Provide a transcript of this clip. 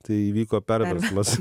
tai įvyko perversmas